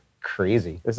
crazy